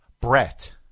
Brett